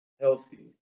healthy